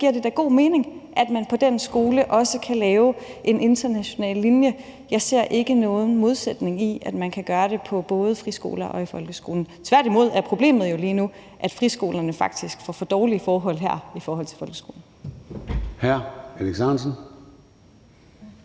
giver det da god mening, at der på den skole også kan laves en international linje. Jeg ser ikke nogen modsætning i, at man kan gøre det på både friskoler og i folkeskolen. Tværtimod er problemet jo lige nu, at friskolerne faktisk har dårligere forhold her end folkeskolen.